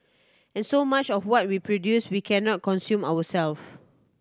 and so much of what we produce we cannot consume ourselves